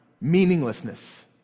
meaninglessness